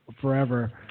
forever